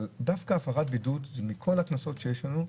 אבל דווקא הפרת בידוד, מכל הקנסות שיש לנו,